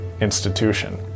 institution